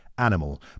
animal